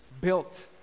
built